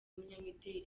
n’umunyamideli